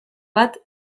bat